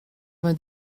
vingt